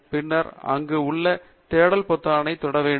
பின்னர் அங்கு உள்ள தேடல் பொத்தானை தொட வேண்டும்